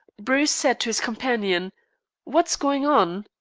bruce said to his companion what's going on?